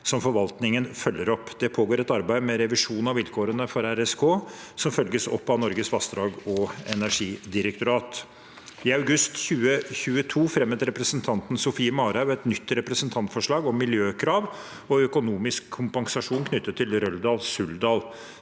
som forvaltningen følger opp. Det pågår et arbeid med revisjon av vilkårene for RSK, som følges opp av Norges vassdrags- og energidirektorat. I august 2022 fremmet representanten Sofie Marhaug et nytt representantforslag om miljøkrav og økonomisk kompensasjon knyttet til Røldal–Suldal.